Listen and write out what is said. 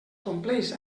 compleix